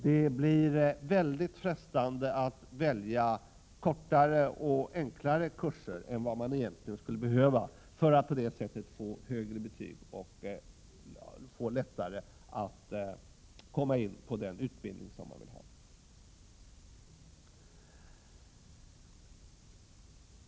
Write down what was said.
Det blir mycket frestande att välja kortare och enklare kurser än vad man egentligen skulle behöva för att på det sättet skaffa sig högre betyg och få lättare att komma in på den utbildning som man vill ha.